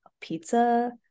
pizza